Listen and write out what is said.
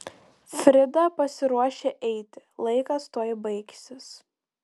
frida pasiruošė eiti laikas tuoj baigsis